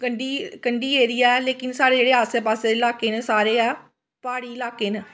कंढी Kandi area ऐ लेकिन साढ़े जेह्ड़े आस्से पास्से दे इलाके न सारे गै प्हाड़ी इलाके न